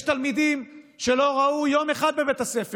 יש תלמידים שלא היו יום אחד בבית הספר,